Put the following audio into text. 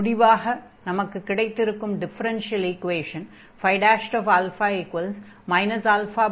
முடிவாக நமக்குக் கிடைத்திருக்கும் டிஃபரென்ஷியல் ஈக்வேஷன் 2ϕα